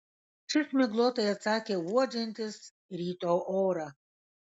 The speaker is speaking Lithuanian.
šis miglotai atsakė uodžiantis ryto orą